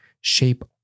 shape